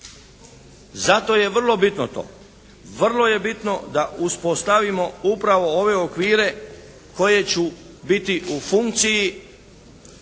Zato je vrlo bitno to. Vrlo je bitno da uspostavimo upravo ove okvire koji će biti u funkciji